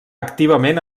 activament